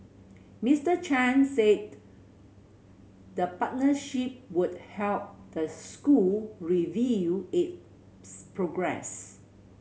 Mister Chan said the partnership would help the school review its progress